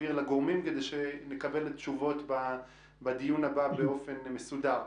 שנעביר לגורמים כדי שנקבל תשובות בדיון הבא באופן מסודר.